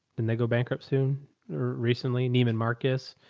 and they go bankrupt soon or recently neiman marcus,